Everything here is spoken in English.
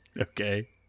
Okay